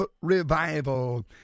revival